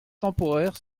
temporaire